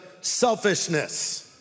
selfishness